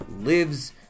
lives